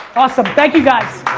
awesome, thank you, guys.